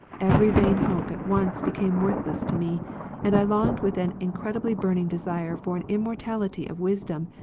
every vain hope at once became worthless to me and i longed with an incredibly burning desire for an immortality of wisdom,